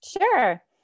Sure